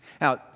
Now